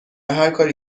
هرکاری